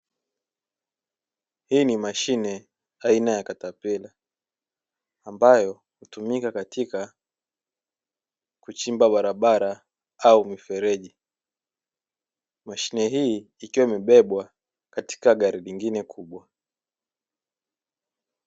Hii ni mashine aina ya katapira ambayo hutumika katika kuchimba barabara au mifereji, mashine hii ikiwa imebebwa katika gari nyingine kubwa.